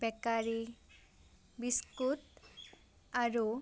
bakery biscuit আৰু